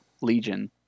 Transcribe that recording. Legion